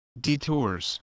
detours